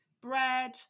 bread